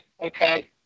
Okay